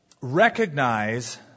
recognize